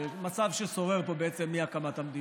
מצב ששורר פה בעצם מהקמת המדינה.